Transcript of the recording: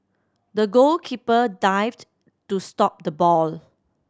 the goalkeeper dived to stop the ball